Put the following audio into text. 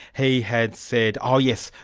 he had said oh yes,